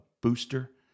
booster